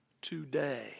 Today